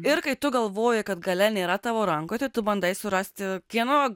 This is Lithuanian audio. ir kai tu galvoji kad galia nėra tavo rankose tu bandai surasti kieno